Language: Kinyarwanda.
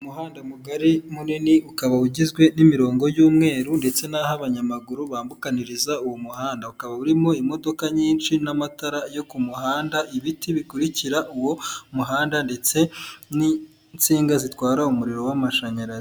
Umuhanda mugari munini, ukaba ugizwe n'imirongo y'umweru, ndetse nahoho abanyamaguru bambukaniriza uwo muhanda ,ukaba urimo imodoka nyinshi n'amatara yo ku muhanda, ibiti bikurikira uwo muhanda ,ndetse n'insinga zitwara umuriro w'amashanyarazi.